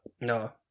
No